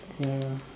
ya